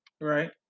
right